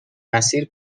مسیر